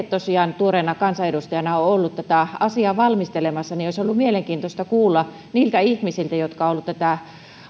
tosiaan tuoreena kansaedustajana ole ollut tätä asiaa valmistelemassa niin olisi ollut mielenkiintoista kuulla niiltä ihmisiltä jotka ovat olleet